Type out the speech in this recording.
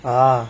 ah